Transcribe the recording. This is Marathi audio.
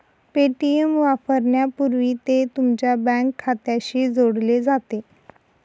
पे.टी.एम वापरण्यापूर्वी ते तुमच्या बँक खात्याशी जोडले जाते